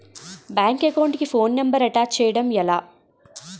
Bank account కి phone number attach చేయడం ఎలా?